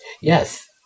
Yes